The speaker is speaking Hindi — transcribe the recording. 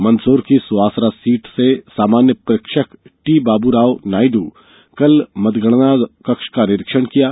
मंदसौर की सुवासरा सीट से सामान्य प्रेक्षक टी बाबूराव नायडू द्वारा कल मतगणना कक्ष का निरीक्षण किया गया